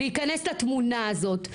להיכנס לתמונה הזאת,